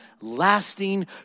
lasting